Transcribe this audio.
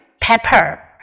pepper